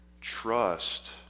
trust